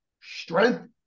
Strength